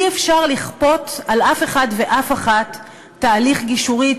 אי-אפשר לכפות על אף אחד ואף אחת תהליך גישורי,